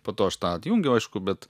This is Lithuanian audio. po to aš tą atjungiau aišku bet